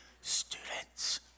Students